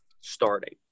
starting